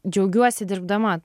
džiaugiuosi dirbdama